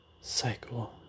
cycle